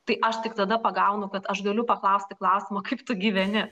tai aš tik tada pagaunu kad aš galiu paklausti klausimo kaip tu gyveni